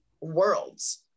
worlds